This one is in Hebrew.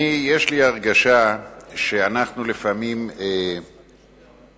אני, יש לי הרגשה שאנחנו לפעמים מגזימים